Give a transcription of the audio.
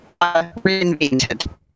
reinvented